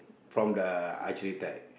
from the archery tag